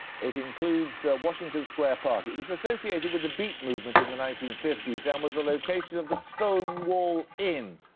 it includes washington square park. it was associated with the beat movement in the nineteen fifty s and was the location of the stonewall inn,